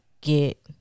get